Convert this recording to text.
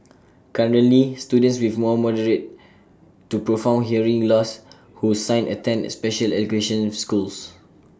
currently students with mom moderate to profound hearing loss who sign attend especial education schools